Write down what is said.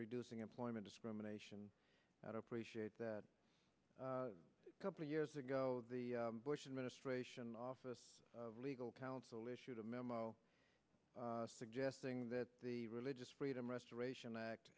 reducing employment discrimination not appreciate that a couple of years ago the bush administration office of legal counsel issued a memo suggesting that the religious freedom restoration act